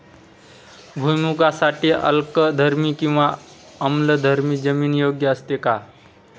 भुईमूगासाठी अल्कधर्मी किंवा आम्लधर्मी जमीन योग्य असते का?